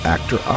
Actor